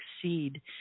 succeed